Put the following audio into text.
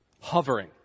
hovering